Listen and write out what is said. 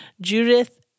Judith